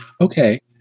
Okay